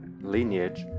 lineage